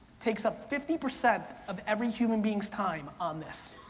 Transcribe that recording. takes up fifty percent of every human being's time on this.